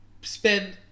spend